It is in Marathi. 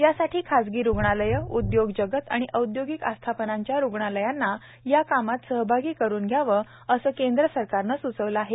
यासाठी खाजगी रुग्णालयं उदयोग जगत आणि औदयोगिक आस्थापनांच्या रुग्णालयांना या कामात सहभागी करून घ्यावं असही केंद्र सरकारनं सुचवलं आहे